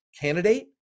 candidate